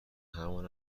همان